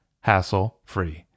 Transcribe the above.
hassle-free